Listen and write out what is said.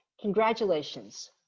Congratulations